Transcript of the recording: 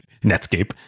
Netscape